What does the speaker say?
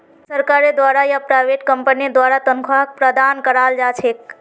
सरकारेर द्वारा या प्राइवेट कम्पनीर द्वारा तन्ख्वाहक प्रदान कराल जा छेक